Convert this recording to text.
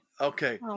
Okay